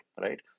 right